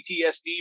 PTSD